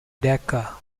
decca